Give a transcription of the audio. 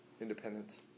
independence